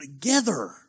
together